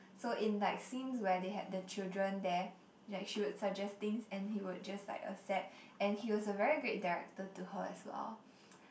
so in like scenes where they had the children there like she would suggest things and he would just like accept and he was a very great director to her as well